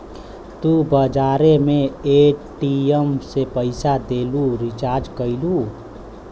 तू बजारे मे ए.टी.एम से पइसा देलू, रीचार्ज कइलू